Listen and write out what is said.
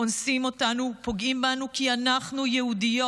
אונסים אותנו ופוגעים בנו כי אנחנו יהודיות.